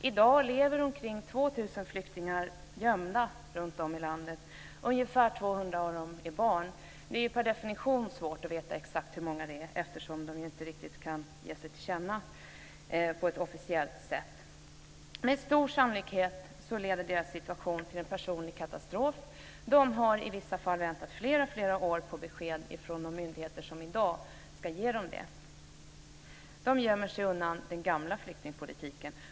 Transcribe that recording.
I dag lever omkring 2 000 flyktingar gömda runtom i landet. Ungefär 200 av dem är barn. Det är per definition svårt att veta exakt hur många det är, eftersom de inte riktigt kan ge sig till känna på ett officiellt sätt. Med stor sannolikhet leder deras situation till en personlig katastrof. De har i vissa fall väntat flera år på besked från de myndigheter som i dag ska ge dem det. De gömmer sig undan den gamla flyktingpolitiken.